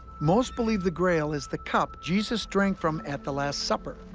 most believe the grail is the cup jesus drank from at the last supper,